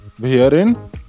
Herein